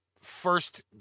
first